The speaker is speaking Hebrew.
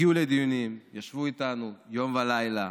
ישבו איתנו יום ולילה,